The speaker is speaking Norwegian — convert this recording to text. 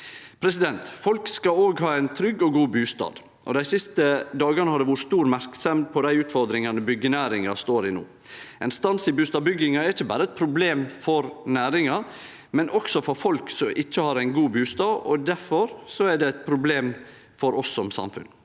møteplassar. Folk skal òg ha ein trygg og god bustad. Dei siste dagane har det vore stor merksemd på dei utfordringane byggenæringa står i no. Ein stans i bustadbygginga er ikkje berre eit problem for næringa, men også for folk som ikkje har ein god bustad. Difor er det eit problem for oss som samfunn,